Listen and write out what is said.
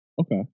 Okay